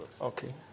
Okay